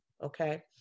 Okay